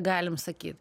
galim sakyt